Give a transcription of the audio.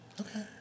Okay